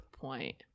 point